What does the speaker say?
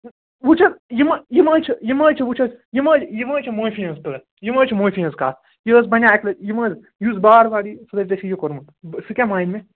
وُچھِ حظ یہِ ما یہِ ما چھِ یہِ ما چھِ وُچھ حظ یہِ ما یہِ ما چھِ معٲفی ہٕنٛز کَتھ یہِ ما چھِ معٲفی ہٕنٛز کَتھ یہِ حظ بنیٛاو اَکہِ لَٹہِ یہِ ما حظ یُس بار بار یِیہٕ سُہ دَپہِ ژےٚ چھُے یہِ کوٚرمُت سُہ کیٛاہ مانہِ مےٚ